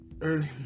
early